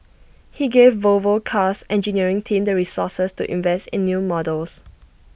he gave Volvo car's engineering team the resources to invest in new models